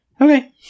Okay